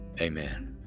amen